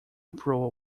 approval